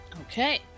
Okay